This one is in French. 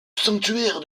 sanctuaire